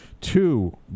two